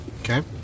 Okay